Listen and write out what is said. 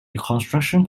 reconstruction